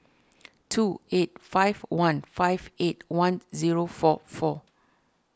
two eight five one five eight one zero four four